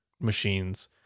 machines